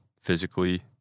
physically